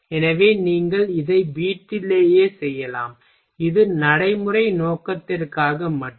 எனவே நீங்கள் இதை வீட்டிலேயே செய்யலாம் இது நடைமுறை நோக்கத்திற்காக மட்டுமே